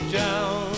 down